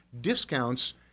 discounts